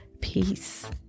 Peace